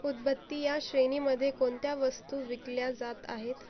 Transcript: उदबत्ती या श्रेणीमध्ये कोणत्या वस्तू विकल्या जात आहेत